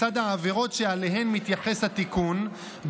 בצד העבירות שאליהן מתייחס התיקון,